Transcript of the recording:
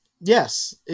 Yes